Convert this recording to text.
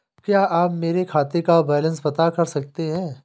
क्या आप मेरे खाते का बैलेंस बता सकते हैं?